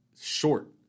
short